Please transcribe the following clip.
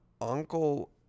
Uncle